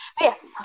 yes